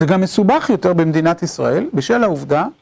זה גם מסובך יותר במדינת ישראל בשל העובדה.